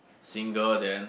single then